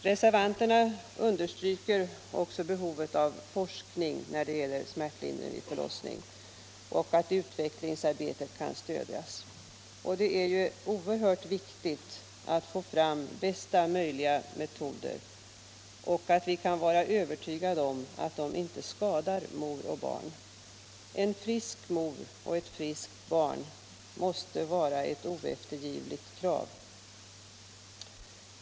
Reservanterna understryker också behovet av forskning när det gäller smärtlindring vid förlossning och av att utvecklingsarbetet stöds. Det är oerhört viktigt att få fram bästa möjliga metoder som vi kan vara övertygade om inte skadar mor och barn. En frisk mor och ett friskt barn måste vara ett oeftergivligt krav.